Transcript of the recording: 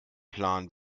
plan